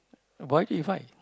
but why did you fight